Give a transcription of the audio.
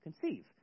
conceive